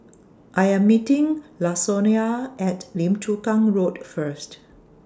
I Am meeting Lasonya At Lim Chu Kang Road First